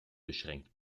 beschränkt